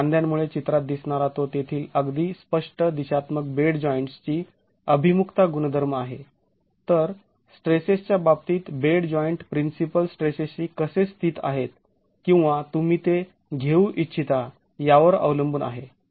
सांध्यांमुळे चित्रात दिसणारा तो तेथील अगदी स्पष्ट दिशात्मक बेड जॉईंट्स ची अभिमुखता गुणधर्म आहे तर स्ट्रेसेसच्या बाबतीत बेड जॉइंट प्रिन्सिपल स्ट्रेसेसशी कसे स्थित आहेत किंवा तुम्ही ते घेऊ इच्छिता यावर अवलंबून आहे